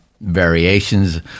variations